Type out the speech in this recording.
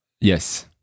Yes